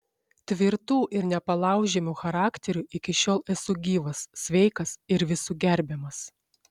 tvirtu ir nepalaužiamu charakteriu iki šiol esu gyvas sveikas ir visų gerbiamas